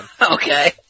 Okay